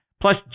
Plus